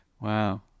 Wow